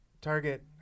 target